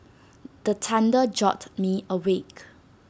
the thunder jolt me awake